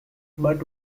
but